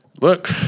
Look